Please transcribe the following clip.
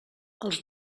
els